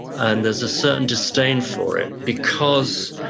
and there's a certain disdain for it because